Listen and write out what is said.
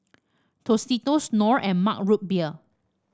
Tostitos Knorr and Mug Root Beer